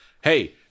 hey